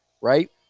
right